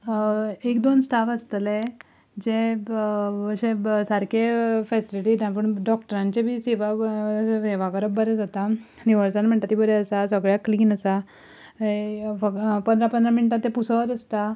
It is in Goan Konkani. एक दोन स्टाफ आसतले जे अशे सारके फेसिलीटी दिना पूण डॉक्टरांचे बी सेवा सेवा करप बरें जाता निवळसाण म्हणटा ती बरी आसा सगळ्यांक क्लीन आसा पंदरा पंदरा मिनटान ते पुसत आसता